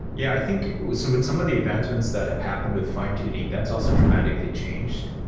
yeah. i think with some with some of the advancements that have happened with fine tuning, that's also dramatically changed.